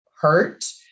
hurt